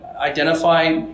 identify